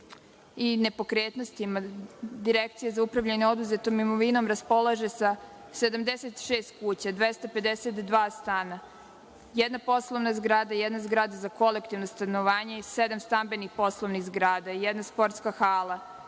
i nepokretnostima, Direkcija za upravljanje oduzetom imovinom raspolaže sa 76 kuća, 252 stana, jedna poslovna zgrada, jedna zgrada za kolektivno stanovanje i sedam stambenih poslovnih zgrada, jedna sportska hala,